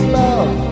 love